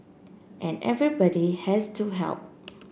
and everybody has to help